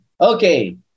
Okay